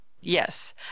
Yes